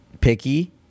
picky